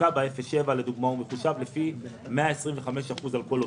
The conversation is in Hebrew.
התפוקה ב-0 7 קילומטרים מחושבת לפי 125% על כל עובד,